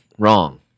Wrong